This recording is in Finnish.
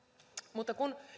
mutta kun